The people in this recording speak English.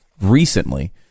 recently –